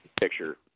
picture